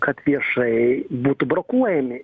kad viešai būtų brokuojami